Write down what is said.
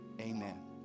amen